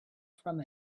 from